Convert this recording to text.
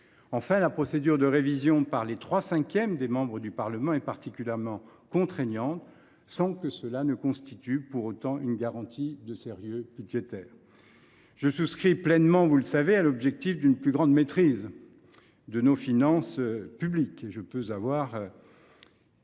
Enfin, la procédure de révision par les trois cinquièmes des membres du Parlement est particulièrement contraignante, sans que cela constitue une garantie de sérieux budgétaire. Je souscris pleinement, vous le savez, à l’objectif d’une plus grande maîtrise de nos finances publiques.